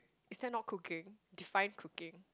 instead not cooking despite cooking